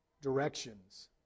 directions